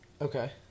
Okay